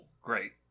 Great